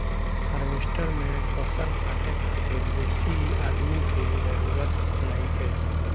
harvester से फसल काटे खातिर बेसी आदमी के जरूरत नइखे